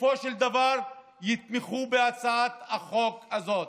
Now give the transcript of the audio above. בסופו של דבר יתמכו בהצעת החוק הזאת,